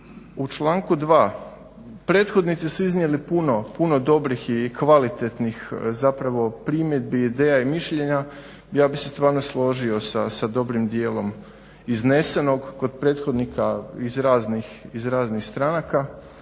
U članku 2. prethodnici su iznijeli puno dobrih i kvalitetnih zapravo primjedbi, ideja i mišljenja, ja bih se stvarno složio sa dobrim djelom iznesenog kod prethodnika iz raznih stranka